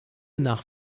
nach